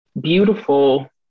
beautiful